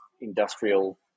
industrial